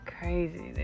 crazy